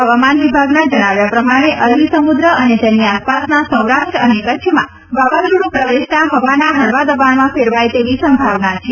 હવામાન વિભાગના જણાવ્યા પ્રમાણે અરબી સમુદ્ર અને તેની આસાપાસના સૌરાષ્ટ્ર અને કચ્છમાં હવાના વાવાઝોડ્ પ્રવેશતા હવાના હળવા દબાણમાં ફેરવાય તેવી સંભાવના છે